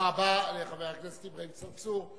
תודה רבה לחבר הכנסת אברהים צרצור.